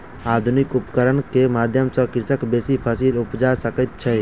आधुनिक उपकरण के माध्यम सॅ कृषक बेसी फसील उपजा सकै छै